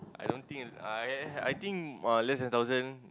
I don't think I I think uh less than thousand